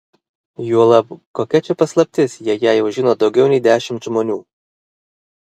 juolab kokia čia paslaptis jei ją jau žino daugiau nei dešimt žmonių